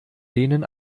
denen